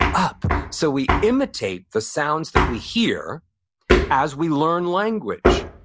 up. so we imitate the sounds that we hear as we learn language,